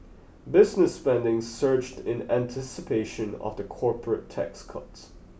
business spending surged in anticipation of the corporate tax cuts